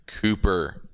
Cooper